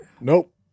Nope